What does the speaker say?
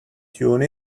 tune